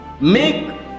make